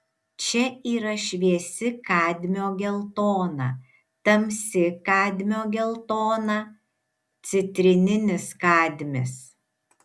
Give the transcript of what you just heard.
čia yra šviesi kadmio geltona tamsi kadmio geltona citrininis kadmis